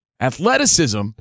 Athleticism